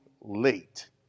late